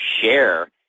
share